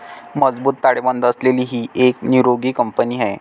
मजबूत ताळेबंद असलेली ही एक निरोगी कंपनी आहे